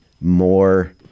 more